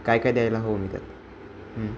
काय काय द्यायला हवं मी त्यात